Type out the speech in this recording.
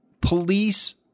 police